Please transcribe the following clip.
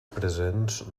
presents